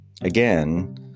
again